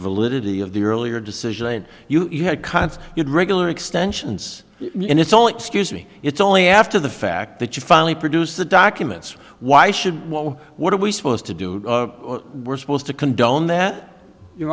validity of the earlier decision you had const in regular extensions and it's all excuse me it's only after the fact that you finally produce the documents why should well what are we supposed to do we're supposed to condone that you